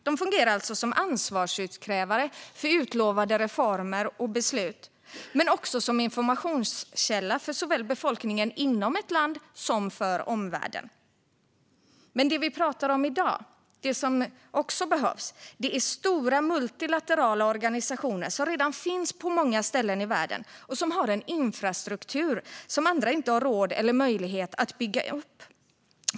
De fungerar som ansvarsutkrävare för utlovade reformer och beslut men också som informationskälla, såväl för befolkningen inom ett land som för omvärlden. Det behövs också det vi pratar om i dag: stora, multilaterala organisationer som redan finns på många ställen i världen och som har en infrastruktur som andra inte har råd eller möjlighet att bygga upp.